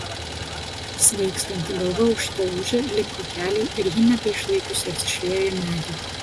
svaigstanti galva ūžte ūžė linko keliai ir ji nebeišlaikiusi atsišliejo į medį